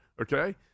Okay